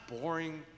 boring